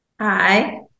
Hi